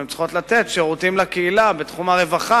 הן צריכות לתת שירותים לקהילה בתחום הרווחה.